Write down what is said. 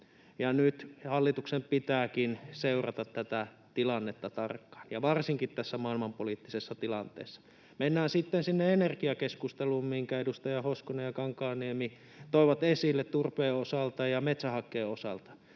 nyt hallituksen pitääkin seurata tätä tilannetta tarkkaan ja varsinkin tässä maailmanpoliittisessa tilanteessa. Mennään sitten sinne energiakeskusteluun, minkä edustajat Hoskonen ja Kankaanniemi toivat esille turpeen osalta ja metsähakkeen osalta.